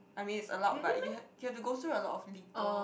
I means it's allowed but you have you have to go through a lot of legal